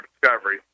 discovery